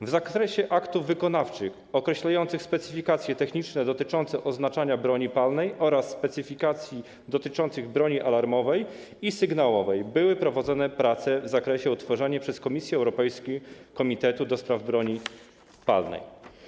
W zakresie aktów wykonawczych określających specyfikacje techniczne dotyczące oznaczania broni palnej oraz specyfikacji dotyczących broni alarmowej i sygnałowej były prowadzone prace w zakresie odtworzenia przez Komisję Europejską komitetu do spraw broni palnej.